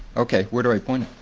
okay. where do i point?